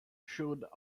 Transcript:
should